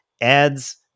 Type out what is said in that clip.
ads